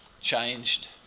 changed